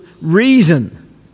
reason